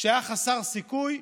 שהיה חסר סיכוי,